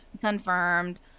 Confirmed